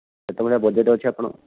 କେତେ ଭଳିଆ ବଜେଟ୍ ଅଛି ଆପଣ